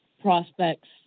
prospects